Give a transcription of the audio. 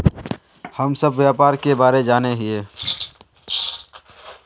हम सब व्यापार के बारे जाने हिये?